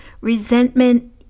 Resentment